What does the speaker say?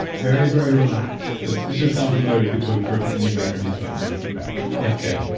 very, very relaxed it should sound familiar to people who've heard any of my interviews about neurofeedback yep okay,